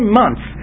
months